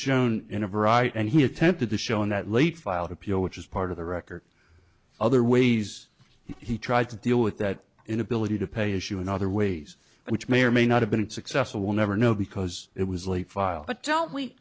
shown in a variety and he attempted to shown that late filed appeal which is part of the record other ways he tried to deal with that inability to pay issue in other ways which may or may not have been successful we'll never know because it was late file